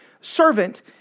servant